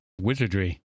Wizardry